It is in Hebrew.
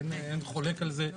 אין חולק על זה,